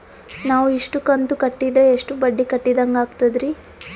ನಾವು ಇಷ್ಟು ಕಂತು ಕಟ್ಟೀದ್ರ ಎಷ್ಟು ಬಡ್ಡೀ ಕಟ್ಟಿದಂಗಾಗ್ತದ್ರೀ?